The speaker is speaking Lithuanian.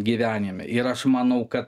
gyvenime ir aš manau kad